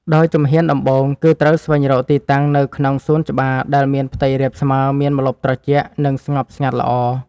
ដោយជំហានដំបូង គឺត្រូវស្វែងរកទីតាំងនៅក្នុងសួនច្បារដែលមានផ្ទៃរាបស្មើ មានម្លប់ត្រជាក់ និងស្ងប់ស្ងាត់ល្អ។